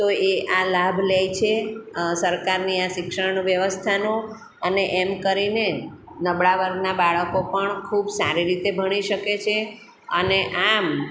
તો એ આ લાભ લે છે સરકારની આ શિક્ષણ વ્યવસ્થાનો અને એમ કરીને નબળા વર્ગના બાળકો પણ ખૂબ સારી રીતે ભણી શકે છે અને આમ